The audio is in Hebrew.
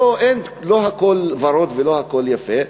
לא הכול ורוד ולא הכול יפה.